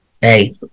Hey